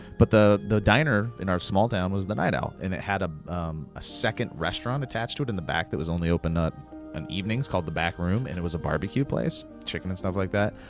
but the the diner in our small town was the night owl, and it had ah a second restaurant attached to it in the back that was only open in and evenings, called the back room. and it was a barbecue place, chicken and stuff like that.